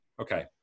Okay